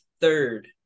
third